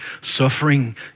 suffering